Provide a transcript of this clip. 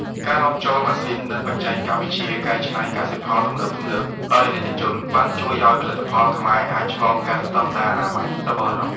ការនាំចូលម៉ាស៊ីន និងបច្ចេកវិទ្យាកែច្នៃកសិផលទំនើបៗដោយអាណិកជន បានជួយឱ្យផលិតផលខ្មែរអាចឆ្លងកាត់ស្ដង់ដារអនាម័យ របស់អឺរ៉ុប។